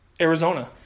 Arizona